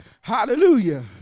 Hallelujah